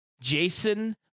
Jason